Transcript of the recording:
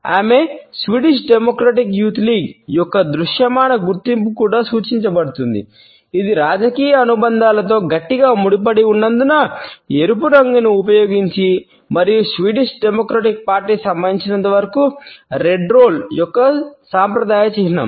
ఆమె Swedish Democratic Youth League యొక్క సాంప్రదాయ చిహ్నం